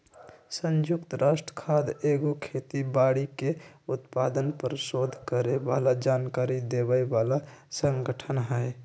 संयुक्त राष्ट्र खाद्य एगो खेती बाड़ी के उत्पादन पर सोध करे बला जानकारी देबय बला सँगठन हइ